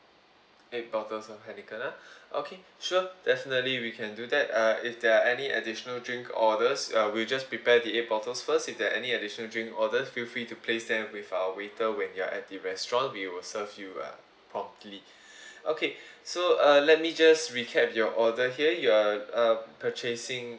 eight bottles of heineken ah okay sure definitely we can do that uh if there are any additional drink orders uh we'll just prepare the eight bottles first if there're any additional drink orders feel free to place them with our waiter when you are at the restaurant we will serve you uh properly okay so uh let me just recap your order here you're uh purchasing